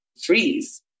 freeze